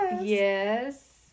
Yes